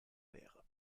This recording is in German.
wäre